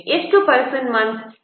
person months ಯಾವುದು